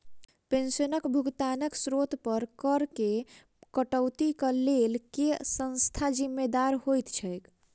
पेंशनक भुगतानक स्त्रोत पर करऽ केँ कटौतीक लेल केँ संस्था जिम्मेदार होइत छैक?